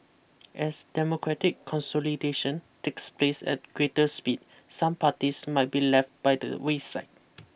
as democratic consolidation takes place at greater speed some parties might be left by the wayside